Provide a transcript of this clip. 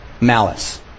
malice